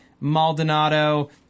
Maldonado